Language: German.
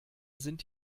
sind